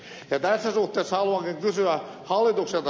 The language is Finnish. tässä suhteessa haluankin kysyä hallitukselta